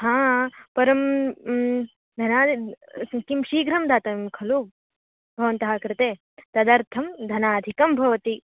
हा परं धनाद् किं शीघ्रं दातव्यं खलु भवन्तः कृते तदर्थं धनाधिकं भवति